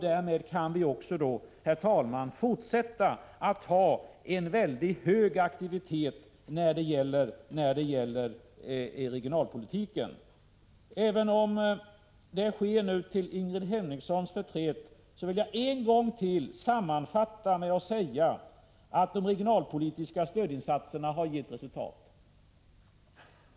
Därmed kan vi också, herr talman, fortsätta att ha en mycket hög aktivitet när det gäller regionalpolitiken. Även om det nu sker till Ingrid Hemmingssons förtret vill jag en gång till sammanfatta med att säga: De regionalpolitiska stödinsatserna har gett resultat.